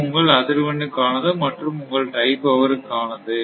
இது உங்கள் அதிர்வெண்ணுக்கானது மற்றும் இது உங்கள் டை பவர் காணது